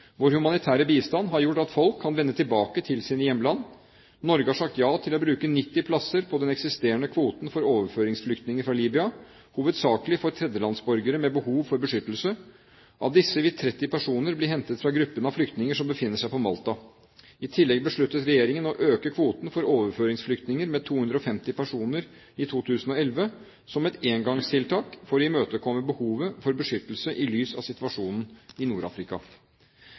Vår humanitære bistand har gjort at folk kan vende tilbake til sine hjemland. Norge har sagt ja til å bruke 90 plasser på den eksisterende kvoten for overføringsflyktninger fra Libya, hovedsakelig for tredjelandsborgere med behov for beskyttelse. Av disse vil 30 personer bli hentet fra gruppen av flyktninger som befinner seg på Malta. I tillegg besluttet regjeringen å øke kvoten for overføringsflyktninger med 250 personer i 2011 – som et engangstiltak – for å imøtekomme behovet for beskyttelse i lys av situasjonen i